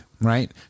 right